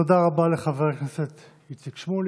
תודה רבה לחבר הכנסת איציק שמולי.